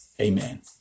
Amen